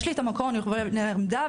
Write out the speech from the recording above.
יש לי המקור ויש לי נייר עמדה.